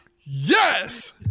yes